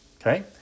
Okay